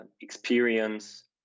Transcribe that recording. experience